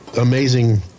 amazing